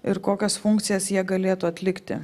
ir kokias funkcijas jie galėtų atlikti